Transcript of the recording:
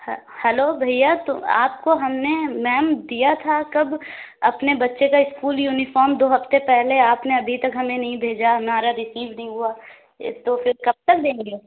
ہے ہلو بھیا تو آپ کو ہم نے میم دیا تھا کب اپنے بچے کا اسکول یونیفارم دو ہفتے پہلے آپ نے ابھی تک ہمیں نہیں بھیجا مارا رسیو نہیں ہُوا تو پھر کب تک دیں گے